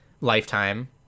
lifetime